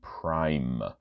Prime